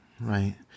right